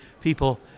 people